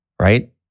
right